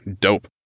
dope